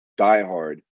diehard